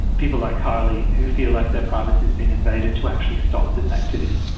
people like karli who feel like their privacy has been invaded, to actually stop this activity.